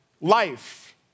life